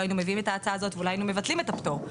היינו מביאים את ההצעה הזאת ובכלל היינו מבטלים את הפטור,